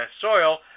soil